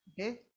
okay